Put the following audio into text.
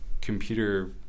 computer